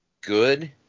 good